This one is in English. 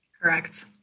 Correct